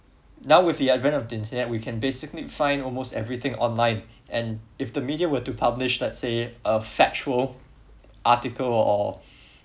now with the advent of the internet we can basically find almost everything online and if the media were to publish let's say a factual article or